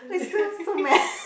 but is still so